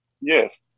yes